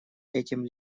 этим